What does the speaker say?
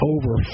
Over